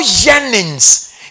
yearnings